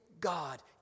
God